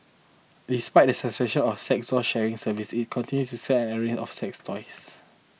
despite the suspension of sex doll sharing service it continues to sell an array of sex toys